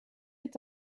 est